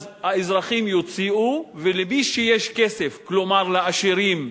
אז האזרחים יוציאו, ולמי שיש כסף, כלומר לעשירים,